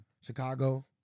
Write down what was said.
Chicago